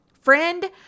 friend